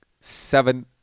seven